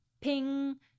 ping